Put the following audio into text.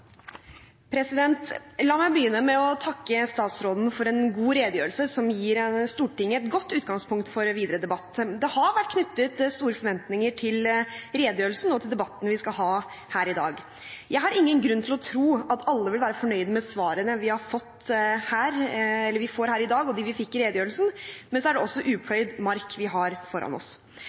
La meg begynne med å takke statsråden for en god redegjørelse, som gir Stortinget et godt utgangspunkt for videre debatt. Det har vært knyttet store forventninger til redegjørelsen og til debatten vi skal ha her i dag. Jeg har ingen grunn til å tro at alle vil være fornøyd med svarene vi får her i dag, og dem vi fikk i redegjørelsen. Men så er det også upløyd mark vi har foran oss.